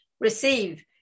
receive